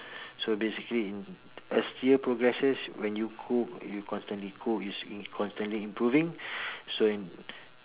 so basically in as year progresses when you cook you constantly cook you s~ constantly improving so in